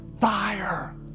Fire